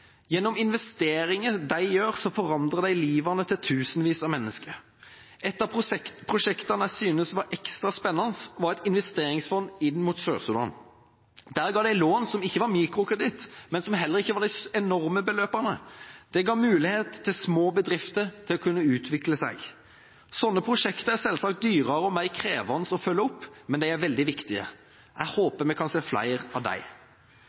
Gjennom investeringene de gjør, forandrer de livene til tusenvis av mennesker. Et av prosjektene jeg syntes var ekstra spennende, var et investeringsfond inn mot Sør-Sudan. Der ga de lån som ikke var mikrokreditt, men som heller ikke var de enorme beløpene. Det ga små bedrifter mulighet til å kunne utvikle seg. Slike prosjekter er selvsagt dyrere og mer krevende å følge opp, men de er veldig viktige. Jeg håper vi kan se flere av